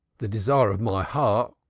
the desire of my heart,